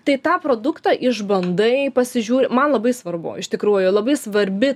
tai tą produktą išbandai pasižiūri man labai svarbu iš tikrųjų labai svarbi